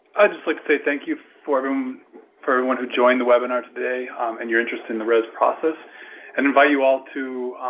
i'd just like to say thank you for um for everyone who joined the webinar today and your interest in the rez process and invite you all to